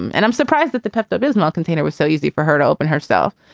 and i'm surprised that the pepto-bismol container was so easy for her to open herself.